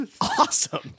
awesome